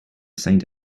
saint